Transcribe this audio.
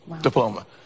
diploma